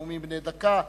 בנאומים בני דקה.